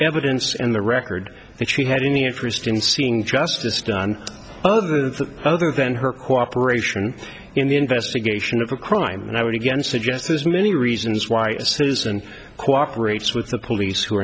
evidence and the record that she had any interest in seeing justice done other than other than her cooperation in the investigation of a crime and i would again suggest as many reasons why a citizen cooperates with the police who are